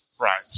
Right